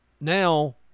now